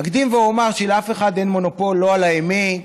אקדים ואומר שלאף אחד אין מונופול, לא על האמת,